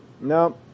No